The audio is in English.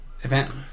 Event